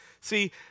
See